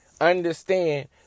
Understand